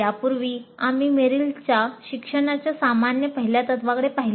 यापूर्वी आम्ही मेरिलच्या शिक्षणाच्या सामान्य पहिल्या तत्त्वांकडे पाहिले